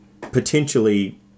potentially